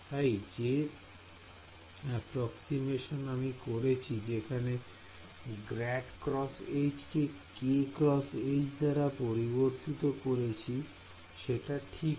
তাই যে এপ্রক্সিমেশিন আমি করছি যেখানে ∇× H কে k × H দ্বারা পরিবর্তিত করছি সেটা ঠিক না